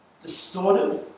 distorted